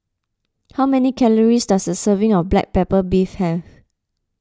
how many calories does a serving of Black Pepper Beef have